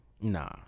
nah